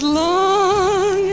long